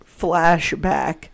flashback